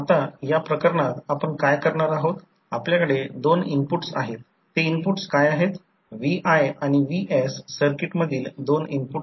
आता तसे केल्यास प्रायमरी सर्किटमध्ये एडिशनल रेजिस्टन्स R2 ने रेजिस्टन्स R2 बदलला जाऊ शकतो जसे की करंट वाहून नेताना पॉवर अब्सोरबड R2 R2 मधील सेकंडरी करंटमुळे